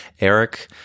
Eric